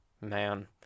Man